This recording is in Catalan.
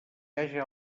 haja